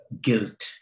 guilt